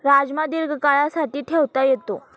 राजमा दीर्घकाळासाठी ठेवता येतो